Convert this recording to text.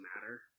matter